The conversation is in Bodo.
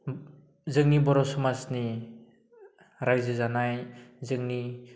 जोंनि बर' समाजनि रायजो जानाय जोंनि